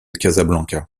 casablanca